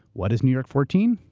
what is new york fourteen?